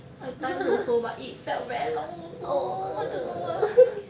I times also but it felt very long also don't know why